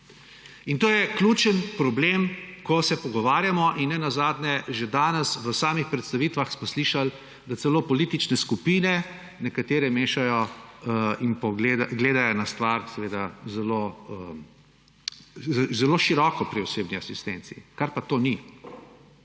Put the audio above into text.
In to je ključen problem, ko se pogovarjamo. In nenazadnje že danes smo v samih predstavitvah slišali, da celo nekatere politične skupine mešajo in gledajo na stvar seveda zelo široko pri osebni asistenci, kar pa to ni.